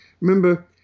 Remember